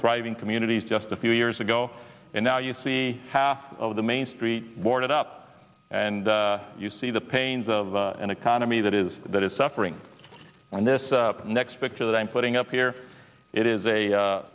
thriving communities just a few years ago and now you see half of the main street boarded up and you see the pains of an economy that is that is suffering and this next picture that i'm putting up here it is